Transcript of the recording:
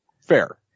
Fair